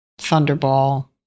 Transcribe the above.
Thunderball